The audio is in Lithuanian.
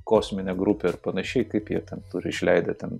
kosminė grupė ar panašiai kaip jie ten turi išleidę ten